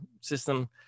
system